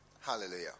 Hallelujah